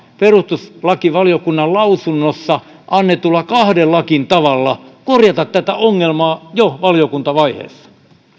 perustuslakivaliokunnan lausunnossa annetuilla kahdellakin tavalla korjata tätä ongelmaa jo valiokuntavaiheessa